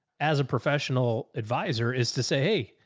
as a professional advisor is to say, hey,